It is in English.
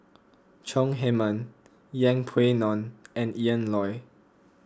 Chong Heman Yeng Pway Ngon and Ian Loy